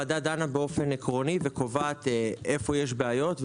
באופן עקרוני וקובעת איפה יש בעיות.